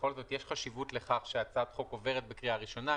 בכל זאת יש חשיבות לכך שהצעת חוק עוברת בקריאה ראשונה,